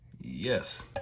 Yes